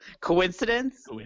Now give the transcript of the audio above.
Coincidence